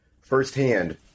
firsthand